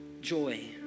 Joy